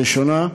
הראשונה,